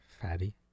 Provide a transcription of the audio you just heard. Fatty